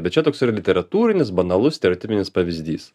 bet čia toks yra literatūrinis banalus stereotipinis pavyzdys